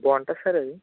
బాగుంటుంది సార్ అది